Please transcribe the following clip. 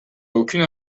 aucune